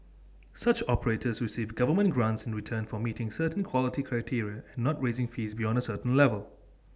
such operators receive government grants in return for meeting certain quality criteria and not raising fees beyond A certain level